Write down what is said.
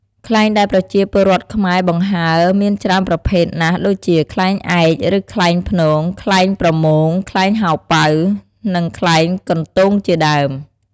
ខ្លែងដែលប្រជាពលរដ្ឋខ្មែរបង្ហើរមានច្រើនប្រភេទណាស់ដូចជា ខ្លែងឯក ឬខ្លែងព្នង ខ្លែងប្រម៉ង់ ខ្លែងហៅប៉ៅ និងខ្លែងកណ្តូង ជាដើម។